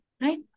right